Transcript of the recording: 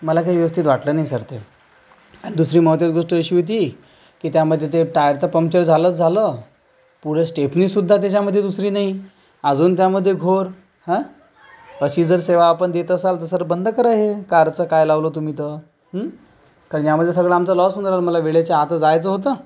मला काही व्यवस्थित वाटलं नाही सर ते दुसरी महत्त्वाची गोष्ट अशी होती की त्यामध्ये ते टायर तर पंक्चर झालंच झालं पुढं स्टेपनीसुद्धा त्याच्यामध्ये दुसरी नाही अजून त्यामध्ये घोर ह अशी जर सेवा आपण देत असाल तर सर बंद करा हे कारचं काय लावलं तुम्ही तर हु कारण यामध्ये सगळा आमचा लॉस होऊन जाणार मला वेळेच्या आत जायचं होतं